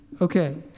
Okay